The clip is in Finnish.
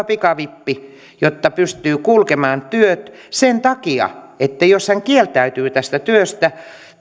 pikavippi jotta pystyy kulkemaan työhön sen takia että jos hän kieltäytyy tästä työstä